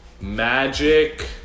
Magic